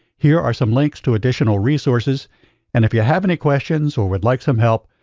here are some links to additional resources and if you have any questions or would like some help,